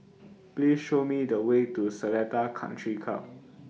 Please Show Me The Way to Seletar Country Club